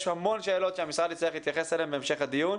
יש המון שאלות שהמשרד יצטרך להתייחס אליהן בהמשך הדיון.